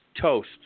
toast